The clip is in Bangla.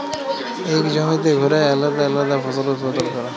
ইক জমিতে ঘুরায় আলেদা আলেদা ফসল উৎপাদল ক্যরা